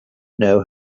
know